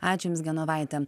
ačiū jums genovaite